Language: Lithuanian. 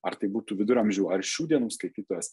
ar tai būtų viduramžių ar šių dienų skaitytojas